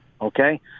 okay